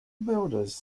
builders